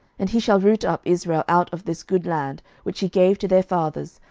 and he shall root up israel out of this good land, which he gave to their fathers,